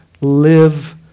live